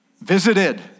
Visited